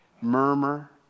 murmur